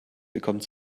bekommt